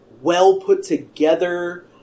well-put-together